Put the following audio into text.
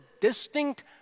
distinct